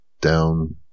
down